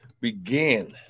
Begin